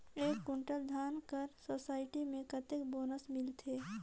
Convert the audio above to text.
एक कुंटल धान कर सोसायटी मे कतेक बोनस मिलथे?